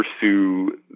pursue